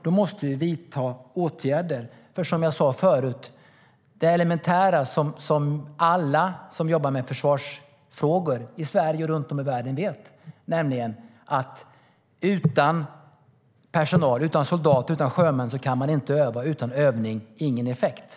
Då måste vi vidta åtgärder, för som jag sade förut: Det elementära som alla som jobbar med försvarsfrågor i Sverige och runt om i världen vet är att utan personal - utan soldater, utan sjömän - kan man inte öva, och utan övning får man ingen effekt.